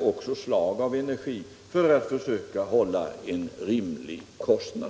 och slag av energi för att försöka hålla en rimlig kostnad.